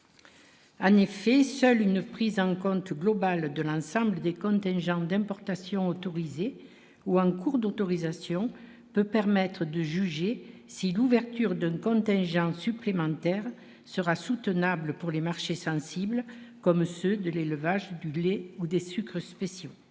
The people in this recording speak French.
En effet, seule une prise en compte globale de l'ensemble des contingents d'importations autorisées ou en cours d'autorisation peut permettre de juger si l'ouverture de contingent supplémentaire sera soutenable pour les marchés sensibles comme ceux de l'élevage ou des sucres spéciaux.